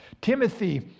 Timothy